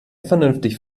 vernünftig